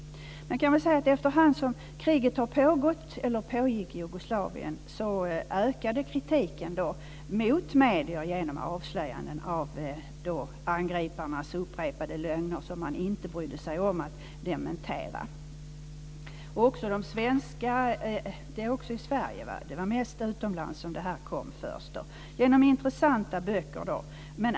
Efterhand som kriget pågick i Jugoslavien ökade kritiken mot medierna genom avslöjanden av angriparnas upprepade lögner, som man inte brydde sig om att dementera. Det skedde också i Sverige, men det kom först utomlands genom intressanta böcker.